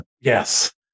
Yes